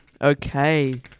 Okay